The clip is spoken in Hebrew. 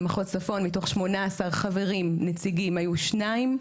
במחוז צפון מתוך 18 חברים נציגים היו שניים.